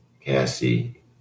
Cassie